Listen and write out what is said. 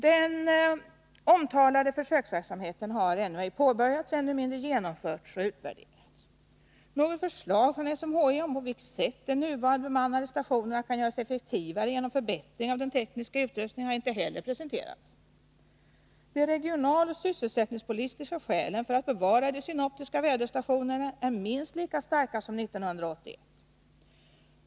Den omtalade försöksverksamheten har ännu ej påbörjats, ännu mindre genomförts och utvärderats. Något förslag från SMHI om på vilket sätt de nuvarande bemannade stationerna kan göras effektivare genom förbättring av den tekniska utrustningen har inte heller presenterats. De regionaloch sysselsättningspolitiska skälen för att bevara de synoptiska väderstationerna är minst lika starka nu som 1981.